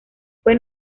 fue